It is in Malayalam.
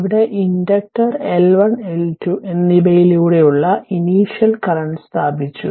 ഇവിടെ ഇൻഡക്റ്റർ L1 L2 എന്നിവയിലൂടെയുള്ള ഇനിഷ്യൽ കറന്റ് സ്ഥാപിച്ചു